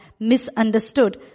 Misunderstood